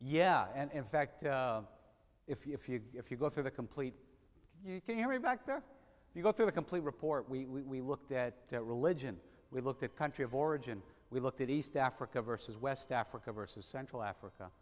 yeah and in fact if you if you if you go through the complete area back there you go through the complete report we looked at religion we looked at country of origin we looked at east africa versus west africa versus central africa